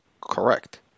correct